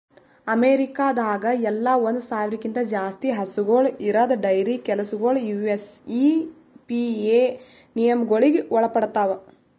ಅಮೇರಿಕಾದಾಗ್ ಎಲ್ಲ ಒಂದ್ ಸಾವಿರ್ಕ್ಕಿಂತ ಜಾಸ್ತಿ ಹಸುಗೂಳ್ ಇರದ್ ಡೈರಿ ಕೆಲಸಗೊಳ್ ಯು.ಎಸ್.ಇ.ಪಿ.ಎ ನಿಯಮಗೊಳಿಗ್ ಒಳಪಡ್ತಾವ್